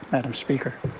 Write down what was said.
madam speaker.